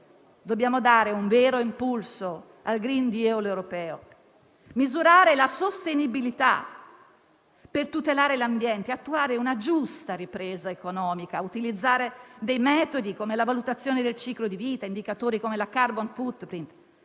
Dobbiamo dare un vero impulso al *Green Deal* europeo, misurare la sostenibilità per tutelare l'ambiente e attuare una giusta ripresa economica, utilizzando dei metodi come la valutazione del ciclo di vita e indicatori come la *carbon footprint*